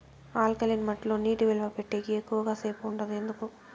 alkaline మట్టి లో నీటి నిలువ పెట్టేకి ఎక్కువగా సేపు ఉండదు ఎందుకు